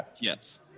Yes